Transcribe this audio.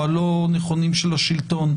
או הלא נכונים של השלטון,